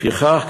לפיכך,